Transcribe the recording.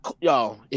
Yo